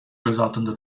gözaltında